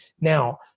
Now